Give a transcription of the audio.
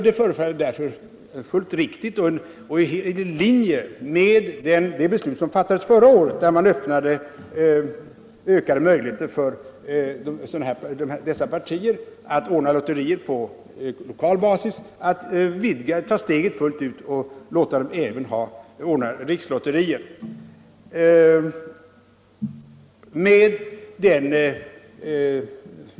Det förefaller mig därför fullt riktigt och i linje med det beslut som fattades förra året, när man öppnade ökade möjligheter för dessa partier att ordna lotterier på lokal basis, att ta steget fullt ut och också låta dem ordna rikslotterier.